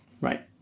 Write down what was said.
right